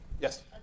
Yes